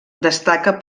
destaca